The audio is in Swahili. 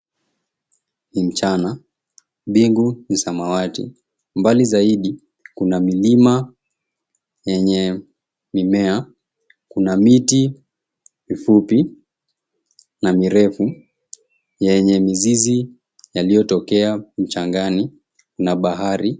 Ni mchana, mbingu ni samawati. Mbali zaidi kuna milima yenye mimea, kuna miti mifupi na mirefu yenye mizizi yaliyotokea mchangani, na bahari.